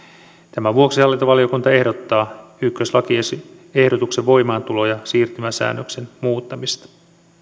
tämän vuoksi hallintovaliokunta ehdottaa ykköslakiehdotuksen voimaantulo ja siirtymäsäännöksen muuttamista